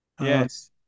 Yes